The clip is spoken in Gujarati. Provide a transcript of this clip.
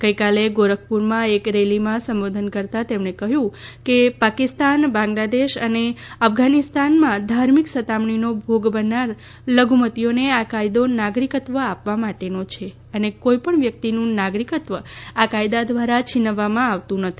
ગઈકાલે ગોરખપુરમાં એક રેલીમાં સંબોધન કરતાં તેમણે કહ્યું કે પાકિસ્તાન બાંગ્લાદેશ અને અફઘાનિસ્તાનમાં ધાર્મિક સતામણીનો ભોગ બનનાર લધુમતીઓને આ કાયદો નાગરિકત્વ આપવા માટેનો છે અને કોઈપણ વ્યક્તિનું નાગરિકત્વ આ કાયદા દ્વારા છિનવવામાં આવતું નથી